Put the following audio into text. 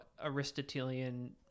Aristotelian